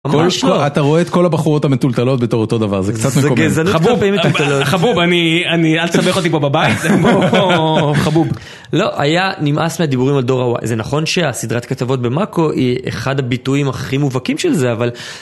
כל שבוע אתה רואה את כל הבחורות המתולתלות בתור אותו דבר, זה קצת מקומם. חבוב, חבוב, אל תסבך אותי פה בבית, חבוב. לא, היה נמאס מהדיבורים על דור הוואי. זה נכון שהסדרת כתבות במאקו היא אחד הביטויים הכי מובהקים של זה, אבל...